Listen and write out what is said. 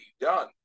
done